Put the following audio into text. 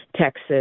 Texas